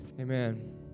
Amen